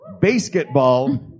basketball